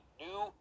new